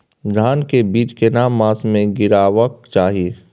धान के बीज केना मास में गीरावक चाही?